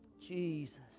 Jesus